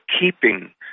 keeping